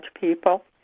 people